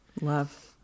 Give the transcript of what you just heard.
Love